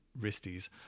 wristies